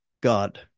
God